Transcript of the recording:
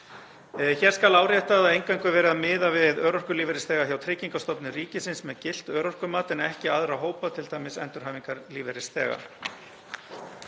Hér skal áréttað að eingöngu er verið að miða við örorkulífeyrisþega hjá Tryggingastofnun ríkisins með gilt örorkumat en ekki aðra hópa, t.d. endurhæfingarlífeyrisþega.